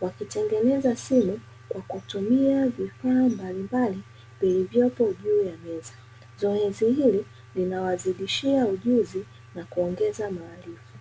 Wakitengeneza simu kwa kutumia vifaa mbalimbali vilivyopo juu ya meza, zoezi hili linawazidishia ujuzi na kuongeza maarifa.